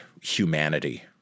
humanity